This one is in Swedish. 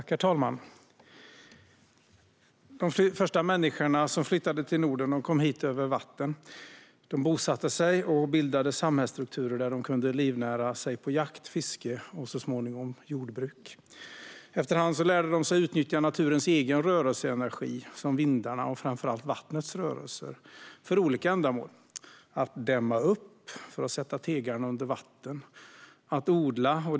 Herr talman! De första människor som flyttade till Norden kom hit över vatten. De bosatte sig och bildade samhällsstrukturer där de kunde livnära sig på jakt, fiske och så småningom jordbruk. Efter hand lärde de sig utnyttja naturens egen rörelseenergi, som vindarna och framför allt vattnets rörelser, för olika ändamål: för att dämma upp för att sätta tegarna under vatten och för att odla.